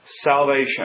salvation